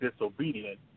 disobedient